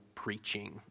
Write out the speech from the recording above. Preaching